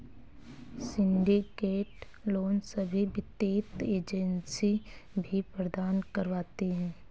syndicate loan सभी वित्तीय agency भी प्रदान करवाती है